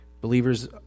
believers